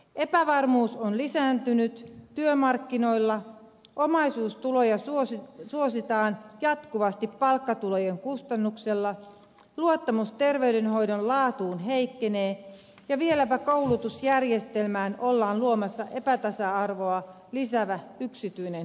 epävarmuus on lisääntynyt työmarkkinoilla omaisuustuloja suositaan jatkuvasti palkkatulojen kustannuksella luottamus terveydenhoidon laatuun heikkenee ja vieläpä koulutusjärjestelmään ollaan luomassa epätasa arvoa lisäävä yksityinen yliopistolaitos